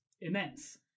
immense